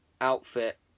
outfit